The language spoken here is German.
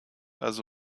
also